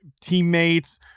teammates